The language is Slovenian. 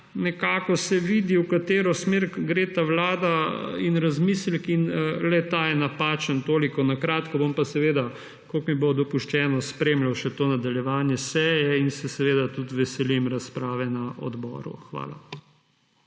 nekako se vidi, v katero smer gre ta vlada in razmislek in le-ta je napačen. Toliko na kratko. Bom pa seveda, kolikor mi bo dopuščeno, spremljal še to nadaljevanje seje in se seveda tudi veselim razprave na odboru. Hvala.